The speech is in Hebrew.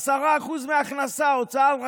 10% מההכנסה הם הוצאה על רכבת.